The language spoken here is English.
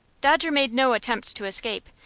dodger made no attempt to escape,